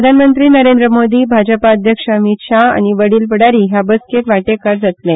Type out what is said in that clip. प्रधानमंत्री नरेंद्र मोदी भाजपा अध्यक्ष अमित शाह आनी वडील फुडारी हे बसकेंत वांटेकार जातले